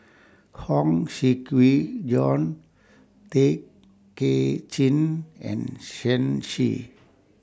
Huang Shiqi Joan Tay Kay Chin and Shen Xi